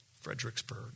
Fredericksburg